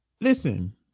listen